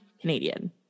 Canadian